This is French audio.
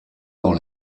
dans